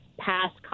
past